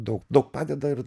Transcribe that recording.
daug daug padeda ir